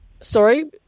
Sorry